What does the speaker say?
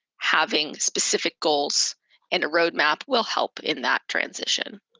having specific goals and a roadmap will help in that transition.